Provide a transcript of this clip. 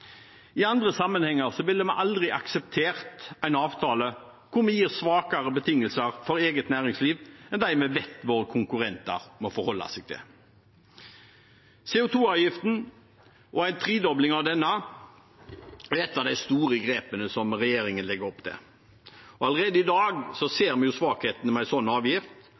I andre sammenhenger ville vi aldri akseptert en avtale hvor vi gir svakere betingelser for eget næringsliv enn dem vi vet våre konkurrenter må forholde seg til. CO 2 -avgiften og en tredobling av denne er et av de store grepene som regjeringen legger opp til. Allerede i dag ser vi svakhetene med en slik avgift